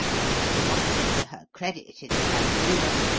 and deposited to her credit in the bank of england,